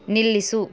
ನಿಲ್ಲಿಸು